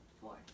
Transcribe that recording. four